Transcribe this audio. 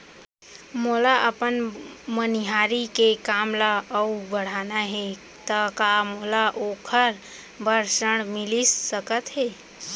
मोला अपन मनिहारी के काम ला अऊ बढ़ाना हे त का मोला ओखर बर ऋण मिलिस सकत हे?